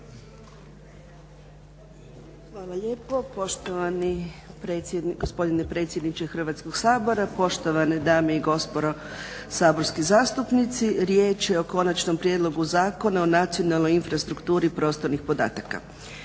Hvala lijepo. Poštovani gospodine predsjedniče Hrvatskog sabora, poštovane dane i gospodo saborski zastupnici. Riječ je o Konačnom prijedlogu zakona o nacionalnoj infrastrukturi prostornih podataka.